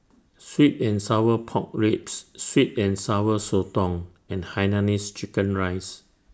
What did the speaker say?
Sweet and Sour Pork Ribs Sweet and Sour Sotong and Hainanese Chicken Rice